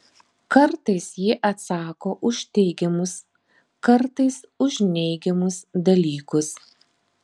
kartais ji atsako už teigiamus kartais už neigiamus dalykus